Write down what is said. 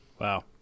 Wow